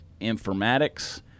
informatics